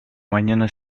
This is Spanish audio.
mañana